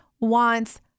wants